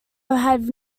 have